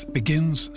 begins